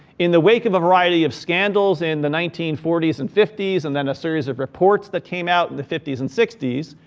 in the wake of a variety of scandals in the nineteen forty s, and fifty s, and then a series of reports that came out in the fifty s and sixty s.